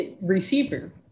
receiver